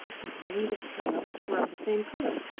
his wings and tail were of the same color,